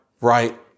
right